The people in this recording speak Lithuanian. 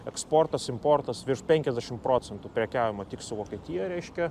eksportas importas virš penkiasdešimt procentų prekiaujame tik su vokietija reiškia